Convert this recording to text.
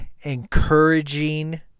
encouraging